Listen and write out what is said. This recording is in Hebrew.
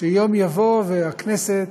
שיום יבוא והכנסת